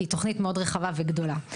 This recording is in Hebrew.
כי היא תוכנית מאוד רחבה וגדולה.